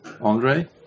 Andre